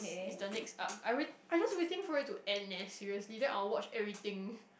is the next up I will I just waiting for it to end leh seriously then I'll watch everything